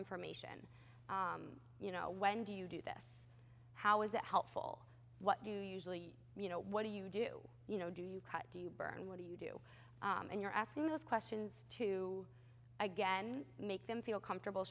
information you know when do you do this how is that helpful what do you usually you know what do you do you know do you cut do you burn what do you do and you're asking those questions to again make them feel comfortable